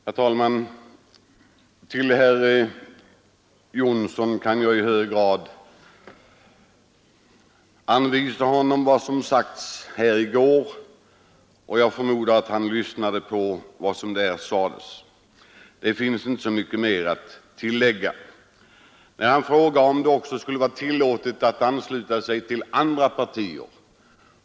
g Onsdagen den Herr talman! Jag kan i stor utsträckning hänvisa herr Jonsson i sdag 6 juni 1973 Alingsås till vad som sades här i går — jag förmodar att han lyssnade då. TA fors Det finns inte mycket att tillägga. Ny regeringsform Herr Jonsson frågar om det också skulle vara tillåtet att ansluta sig till andra partier.